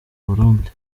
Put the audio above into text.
burundi